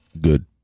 Good